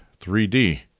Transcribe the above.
3D